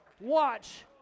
Watch